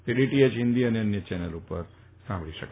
તે ડીટીએચ હિન્દી અને અન્ય ચેનલ પર સાંભળી શકાશે